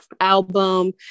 album